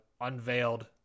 unveiled